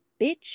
bitch